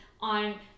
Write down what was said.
on